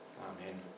Amen